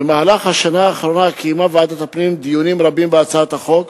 במהלך השנה האחרונה קיימה ועדת הפנים דיונים רבים בהצעת החוק,